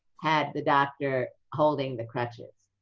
had the doctor holding the crutches.